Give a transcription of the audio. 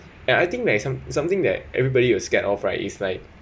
and I think there some something that everybody will scared of right is like